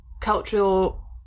cultural